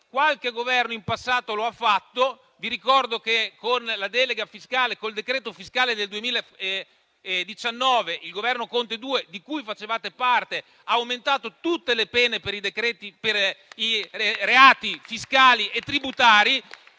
qualche Governo in passato lo ha fatto. Vi ricordo che con il decreto fiscale del 2019, il Governo Conte II, di cui facevate parte, ha aumentato tutte le pene per i reati fiscali e tributari